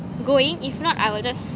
going if not I will just